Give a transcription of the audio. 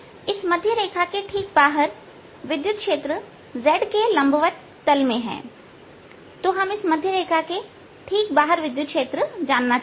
इस मध्य रेखा के ठीक बाहर विद्युत क्षेत्र z के लंबवत तल में है तो हम इस मध्य रेखा के ठीक बाहर विद्युत क्षेत्र जानना चाहते हैं